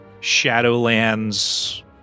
Shadowlands